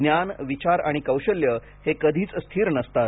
ज्ञान विचार आणि कौशल्य हे कधीच स्थिर नसतात